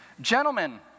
Gentlemen